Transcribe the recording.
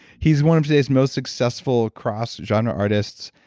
he's one of today's most successful cross genre artists,